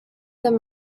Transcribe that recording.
their